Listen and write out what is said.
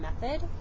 method